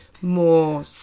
more